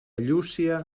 llúcia